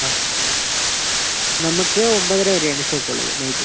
ആ നമുക്ക് ഒന്പതര വരെയാണ് ഷോപ്പ് ഉള്ളത് നൈറ്റ്